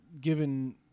given